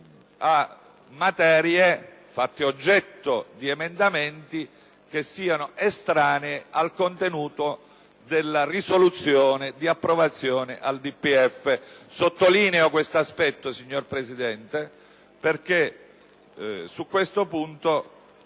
a materie fatte oggetto di emendamenti che sono estranee al contenuto della risoluzione di approvazione al DPEF. Sottolineo questo aspetto, signora Presidente, perché vengono